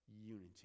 Unity